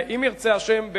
ואם ירצה השם,